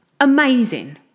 Amazing